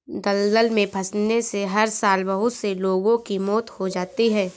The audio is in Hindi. दलदल में फंसने से हर साल बहुत से लोगों की मौत हो जाती है